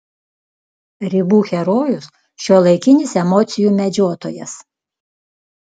ribų herojus šiuolaikinis emocijų medžiotojas